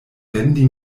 vendi